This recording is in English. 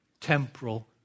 temporal